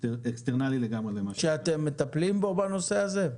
חיצוני לגמרי למה ש --- ואתם מטפלים בו בנושא הזה?